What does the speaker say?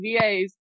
VAs